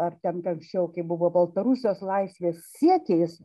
ar ten anksčiau kai buvo baltarusijos laisvės siekiais